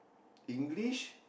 English